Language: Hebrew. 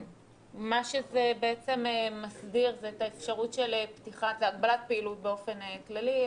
מה שזה בעצם מסביר זה הגבלת פעילות באופן כללי,